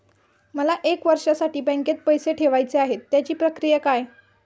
मला एक वर्षासाठी बँकेत पैसे ठेवायचे आहेत त्याची प्रक्रिया काय?